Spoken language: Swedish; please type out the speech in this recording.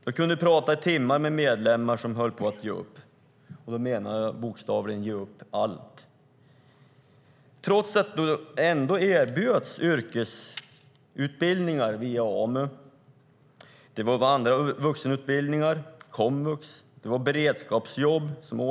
Jag kunde prata i timmar med medlemmar som höll på att ge upp - och då menar jag bokstavligen ge upp allt - trots att det då ändå erbjöds yrkesutbildningar via AMU, andra vuxenutbildningar, komvux och beredskapsjobb.